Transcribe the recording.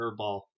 curveball